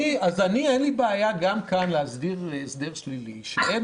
אין לי בעיה גם כאן להסדיר הסדר שלילי, שאין